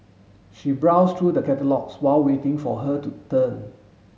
she browsed through the catalogues while waiting for her turn